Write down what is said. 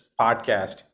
Podcast